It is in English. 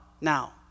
now